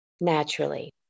Naturally